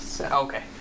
Okay